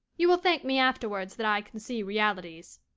you will thank me afterwards that i can see realities.